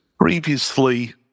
previously